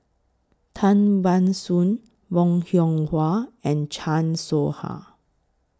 Tan Ban Soon Bong Hiong Hwa and Chan Soh Ha